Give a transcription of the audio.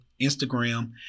Instagram